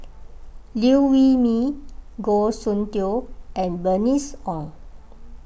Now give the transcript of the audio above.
Liew Wee Mee Goh Soon Tioe and Bernice Ong